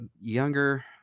younger